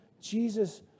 Jesus